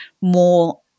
more